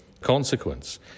consequence